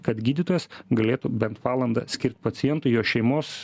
kad gydytojas galėtų bent valandą skirt pacientui jo šeimos